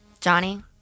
Johnny